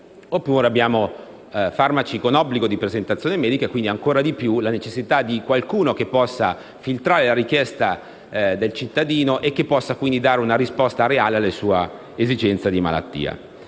Oppure, abbiamo farmaci con obbligo di presentazione medica e, quindi, ancora di più la necessità di qualcuno che possa filtrare la richiesta del cittadino e che possa quindi dare una risposta reale alla sua esigenza di malattia.